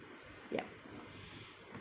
yup